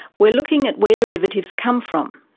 we're looking at where derivatives come from,